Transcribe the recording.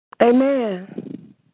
Amen